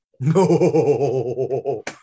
No